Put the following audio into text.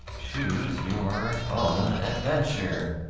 choose your own adventure,